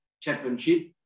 championship